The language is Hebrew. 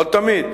לא תמיד,